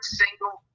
single